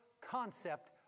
concept